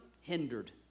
hindered